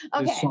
okay